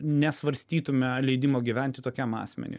nesvarstytume leidimo gyventi tokiam asmeniui